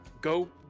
go